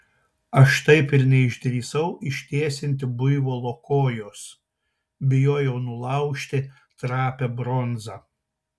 aš taip ir neišdrįsau ištiesinti buivolo kojos bijojau nulaužti trapią bronzą